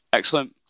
Excellent